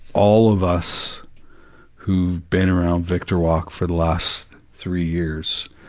all of us who've been around victor walk for the last three years,